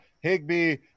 Higby